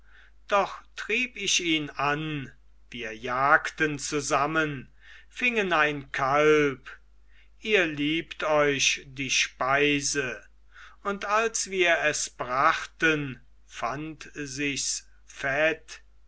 doch trieb ich ihn an wir jagten zusammen fingen ein kalb ihr liebt euch die speise und als wir es brachten fand sichs fett